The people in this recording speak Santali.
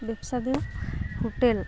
ᱵᱮᱵᱥᱟ ᱫᱚ ᱦᱳᱴᱮᱞ